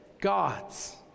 God's